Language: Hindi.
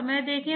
क्यों